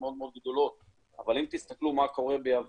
מאוד מאוד גדולות אבל אם תסתכלו מה קורה ביוון